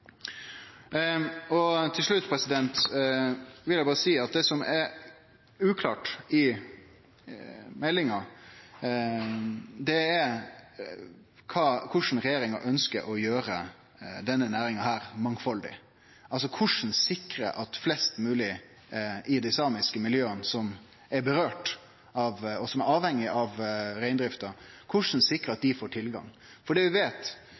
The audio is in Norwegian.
til samfunnets nytte. Til slutt vil eg berre seie at det som er uklart i meldinga, er korleis regjeringa ønskjer å gjere denne næringa mangfaldig, altså korleis ein skal sikre at flest mogleg i dei samiske miljøa som det gjeld, og som er avhengige av reindrifta, får tilgang. For det vi veit,